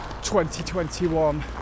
2021